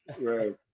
Right